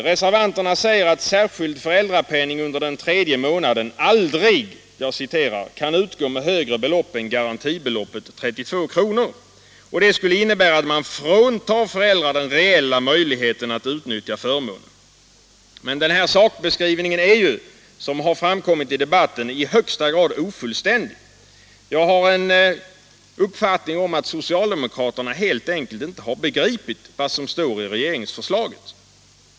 Reservanterna säger att särskild föräldrapenning under den tredje månaden ”aldrig” kan utgå med högre belopp än garantibeloppet 32 kr. Det skulle innebära att man fråntar föräldrar den ”reella möjligheten” att utnyttja förmånen. Men den sakbeskrivningen är ju, som framkommit i debatten, i högsta grad ofullständig. Jag har den uppfattningen att socialdemokraterna helt enkelt inte har begripit vad som står i regeringsförslaget.